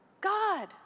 God